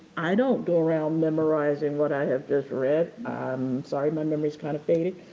i don't go around memorizing what i have just read, i'm sorry my memory's kind of fading.